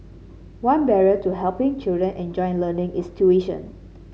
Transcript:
one barrier to helping children enjoy learning is tuition